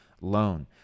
loan